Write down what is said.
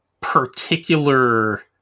particular